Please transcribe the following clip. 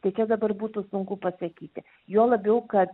tai čia dabar būtų sunku pasakyti juo labiau kad